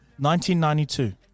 1992